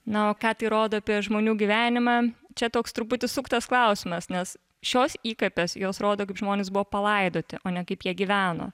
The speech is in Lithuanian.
na o ką tai rodo apie žmonių gyvenimą čia toks truputį suktas klausimas nes šios įkapės jos rodo kaip žmonės buvo palaidoti o ne kaip jie gyveno